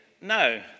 No